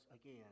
again